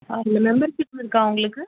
ஆ இங்கே மெம்பர்ஷிப் இருக்கா உங்களுக்கு